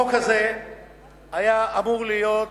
ואכן, החוק הזה היה אמור להיות